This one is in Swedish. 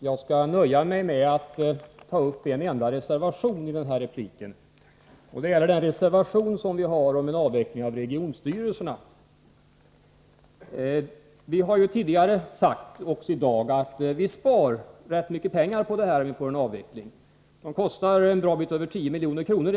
Herr talman! Jag skall nöja mig med att i den här repliken ta upp en enda reservation, nämligen reservationen om en avveckling av regionstyrelserna. Vi har tidigare och även i dag sagt att vi sparar rätt mycket pengar på en avveckling. Regionstyrelserna kostar en bra bit över 10 milj.kr.